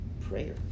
Prayer